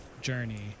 journey